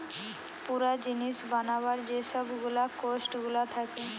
পুরা জিনিস বানাবার যে সব গুলা কোস্ট গুলা থাকে